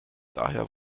daher